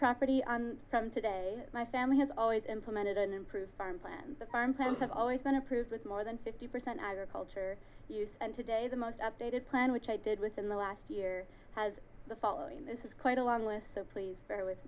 property from today my family has always implemented an improved farm plan the farm plans have always been approved with more than fifty percent agriculture use and today the most updated plan which i did within the last year has the following this is quite a long list so please bear with